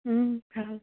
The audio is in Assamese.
ভাল